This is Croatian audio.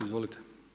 Izvolite.